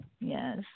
Yes